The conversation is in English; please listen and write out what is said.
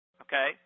Okay